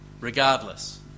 regardless